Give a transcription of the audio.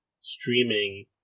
streaming